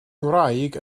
ngwraig